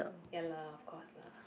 ya lah of course lah